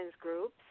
groups